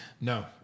No